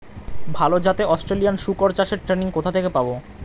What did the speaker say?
ভালো জাতে অস্ট্রেলিয়ান শুকর চাষের ট্রেনিং কোথা থেকে পাব?